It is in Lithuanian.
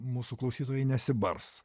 mūsų klausytojai nesibars